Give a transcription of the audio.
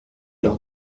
leur